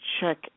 check